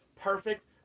perfect